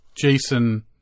Jason